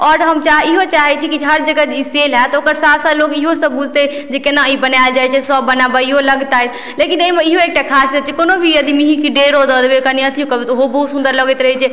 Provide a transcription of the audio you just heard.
आओर हम चाहय इहो चाहय छी कि हँ जे हर जगह ई सेल हैत ओकर साथ साथ लोक इएहो सब बुझतइ जे केना ई बनायल जाइ छै सब बनबइयो लगतथि लेकिन अइमे इहो एकटा खासियत छै कोनो भी यदि मेंहीँके डाँइरो दऽ देबय कनि अथियो करबय तऽ उहो बहुत सुन्दर लगैत रहय छै